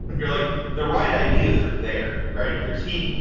you're like the right ideas or they're right. there's heat,